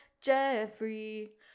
jeffrey